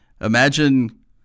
imagine